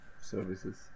services